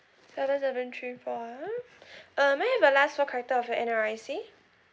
seven seven three four ah uh may I have the last four character of your N_R_I_C